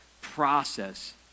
process